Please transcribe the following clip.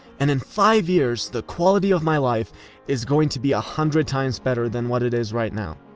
and in five years, the quality of my life is going to be a hundred times better than what it is right now.